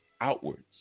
outwards